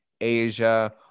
Asia